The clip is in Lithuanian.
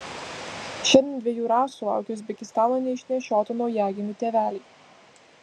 šiandien dviejų rasų laukia uzbekistano neišnešiotų naujagimių tėveliai